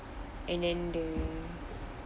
and then the